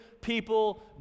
people